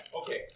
okay